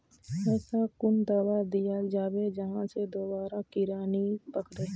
ऐसा कुन दाबा दियाल जाबे जहा से दोबारा कीड़ा नी पकड़े?